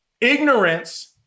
ignorance